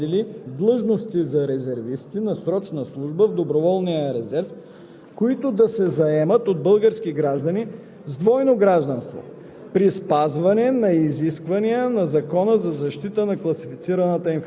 премината военна служба, срочна служба или военна подготовка. (2) Министърът на отбраната може да определи длъжности за резервисти на срочна служба в доброволния резерв,